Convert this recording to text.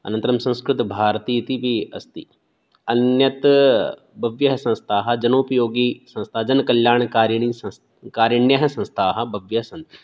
अनन्तरं संस्कृतभारती इति अपि अस्ति अन्यत् बह्व्यः संस्था जनोपयोगी संस्था जनकल्याणकारिणी जनकल्याणकारिण्यः संस्थाः बह्व्यः सन्ति